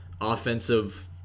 offensive